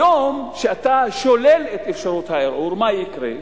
היום, כשאתה שולל את אפשרות הערעור, מה יקרה?